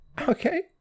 Okay